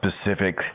specific